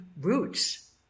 roots